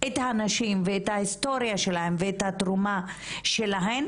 את הנשים ואת ההיסטוריה שלהן ואת התרומה שלהן,